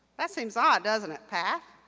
that seems odd, doesn't it, path?